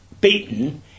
beaten